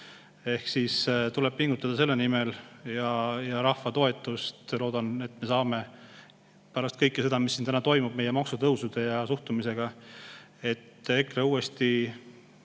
Tuleb pingutada selle nimel – ja rahva toetust, ma loodan, me saame pärast kõike seda, mis siin täna toimub meie maksutõusude ja suhtumisega –, et EKRE uuesti